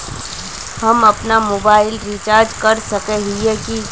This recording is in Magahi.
हम अपना मोबाईल रिचार्ज कर सकय हिये की?